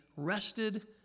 Rested